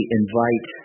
invite